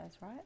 right